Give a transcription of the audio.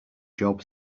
job